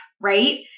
right